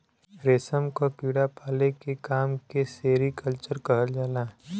रेशम क कीड़ा पाले के काम के सेरीकल्चर कहल जाला